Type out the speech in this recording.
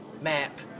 map